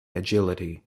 agility